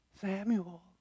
Samuel